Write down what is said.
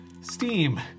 steam